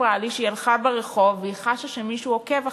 סיפרה לי שהיא הלכה ברחוב והיא חשה שמישהו עוקב אחריה,